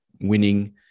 winning